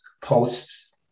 posts